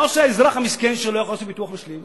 מה עושה האזרח המסכן שלא יכול לעשות ביטוח משלים?